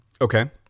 Okay